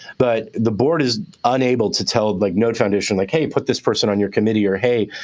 but the board is unable to tell like node foundation like, hey, put this person on your committee or, hey,